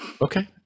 Okay